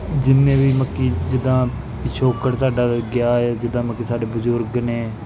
ਜਿੰਨੇ ਵੀ ਮਤਲਬ ਕਿ ਜਿੱਦਾਂ ਪਿਛੋਕੜ ਸਾਡਾ ਗਿਆ ਹੈ ਜਿੱਦਾਂ ਮਤਲਬ ਕਿ ਸਾਡੇ ਬਜ਼ੁਰਗ ਨੇ